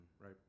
Right